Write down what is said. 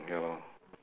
ya lor